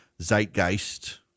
Zeitgeist